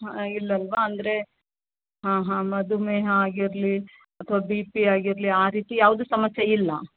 ಹಾಂ ಇಲ್ಲಲ್ಲವಾ ಅಂದರೆ ಆಂ ಹಾಂ ಮಧುಮೇಹ ಆಗಿರಲಿ ಅಥವಾ ಬಿ ಪಿ ಆಗಿರಲಿ ಆ ರೀತಿ ಯಾವುದೂ ಸಮಸ್ಯೆ ಇಲ್ಲ